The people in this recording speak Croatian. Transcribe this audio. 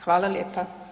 Hvala lijepa.